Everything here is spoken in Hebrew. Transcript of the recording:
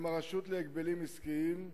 הם הרשות להגבלים עסקיים,